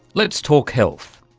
let's talk health.